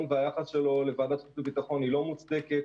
והיחס שלו לוועדת החוץ והביטחון היא לא מוצדקת.